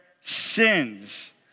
sins